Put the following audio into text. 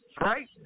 right